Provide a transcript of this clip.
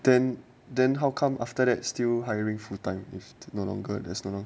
then then how come after that still hiring full time if no longer there's no no